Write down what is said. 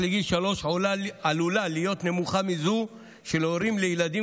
לגיל שלוש עלולה להיות נמוכה מזו של הורים לילדים